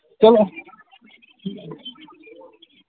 चलो